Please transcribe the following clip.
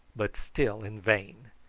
but still in vain.